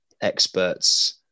experts